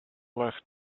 left